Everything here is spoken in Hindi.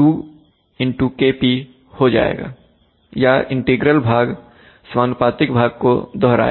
2 Kpहो जाएगा या इंटीग्रल भाग समानुपातिक भाग को दोहराएगा